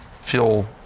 feel